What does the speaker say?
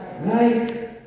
Life